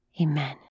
Amen